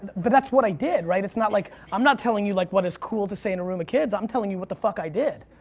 but that's what i did, right? it's not like, i'm not telling you like what is cool to say in a room of kids. i'm telling you what the fuck i did.